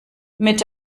mit